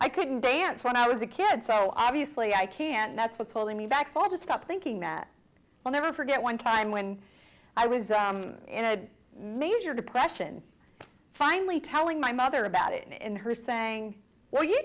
i couldn't dance when i was a kid so obviously i can't that's what's holding me back so i just stop thinking that i'll never forget one time when i was in a major depression finally telling my mother about it and her saying well you